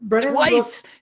twice